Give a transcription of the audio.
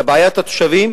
לבעיית התושבים,